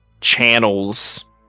channels